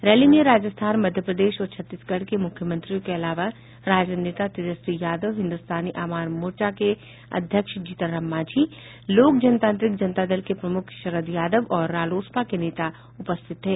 rally मे राजस्थान मध्यप्रदेश और छत्तीसगढ़ के मुख्यमंत्रियों के अलावा राजद नेता तेजस्वी यादव हिन्दुस्तानी आवाम मोर्चा के अध्यक्ष जीतन राम मांझी लोक जनतांत्रिक जनता दल के प्रमुख शरद यादव और रालोसपा के नेता उपस्थित थे